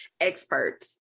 Experts